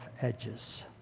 edges